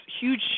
huge